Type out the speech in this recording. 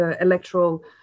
electoral